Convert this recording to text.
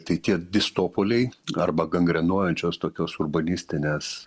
tai tie distopoliai arba gangrenuojančios tokios urbanistinės